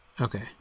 Okay